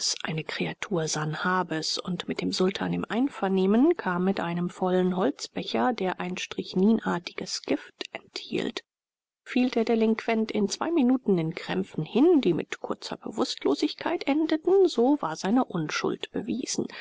eine kreatur sanhabes und mit dem sultan im einvernehmen kam mit einem vollen holzbecher der ein strychninartiges gift enthielt fiel der delinquent in zwei minuten in krämpfen hin die mit kurzer bewußtlosigkeit endeten so war seine unschuld bewiesen